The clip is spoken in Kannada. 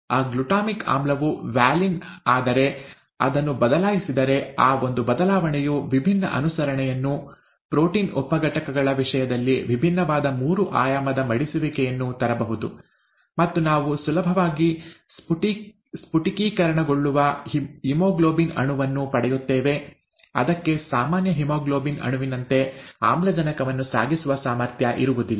ಆ ಗ್ಲುಟಾಮಿಕ್ ಆಮ್ಲವು ವ್ಯಾಲಿನ್ ಆದರೆ ಅದನ್ನು ಬದಲಾಯಿಸಿದರೆ ಆ ಒಂದು ಬದಲಾವಣೆಯು ವಿಭಿನ್ನ ಅನುಸರಣೆಯನ್ನು ಪ್ರೋಟೀನ್ ಉಪ ಘಟಕಗಳ ವಿಷಯದಲ್ಲಿ ವಿಭಿನ್ನವಾದ ಮೂರು ಆಯಾಮದ ಮಡಿಸುವಿಕೆಯನ್ನು ತರಬಹುದು ಮತ್ತು ನಾವು ಸುಲಭವಾಗಿ ಸ್ಫಟಿಕೀಕರಣಗೊಳ್ಳುವ ಹಿಮೋಗ್ಲೋಬಿನ್ ಅಣುವನ್ನು ಪಡೆಯುತ್ತೇವೆ ಅದಕ್ಕೆ ಸಾಮಾನ್ಯ ಹಿಮೋಗ್ಲೋಬಿನ್ ಅಣುವಿನಂತೆ ಆಮ್ಲಜನಕವನ್ನು ಸಾಗಿಸುವ ಸಾಮರ್ಥ್ಯ ಇರುವುದಿಲ್ಲ